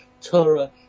Torah